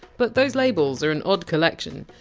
but those labels are an odd collection.